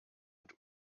und